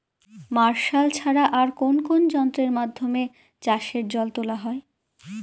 Martial ছাড়া আর কোন কোন যন্ত্রেরর মাধ্যমে চাষের জল তোলা হয়?